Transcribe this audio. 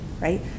right